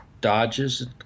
Dodges